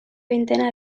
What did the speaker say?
vintena